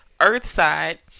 Earthside